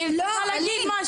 אני רוצה להגיד משהו.